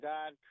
God